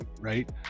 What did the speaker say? right